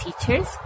teachers